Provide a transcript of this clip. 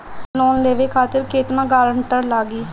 Loan लेवे खातिर केतना ग्रानटर लागी?